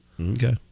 Okay